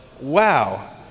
Wow